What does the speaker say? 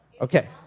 Okay